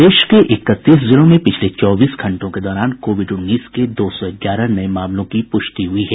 प्रदेश के इकतीस जिलों में पिछले चौबीस घंटों के दौरान कोविड उन्नीस के दो सौ ग्यारह नये मामलों की पुष्टि हुई है